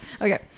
okay